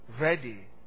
ready